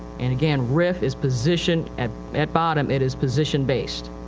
and again, rif is position at at bottom, it is position based.